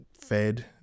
fed